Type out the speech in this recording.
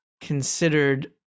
considered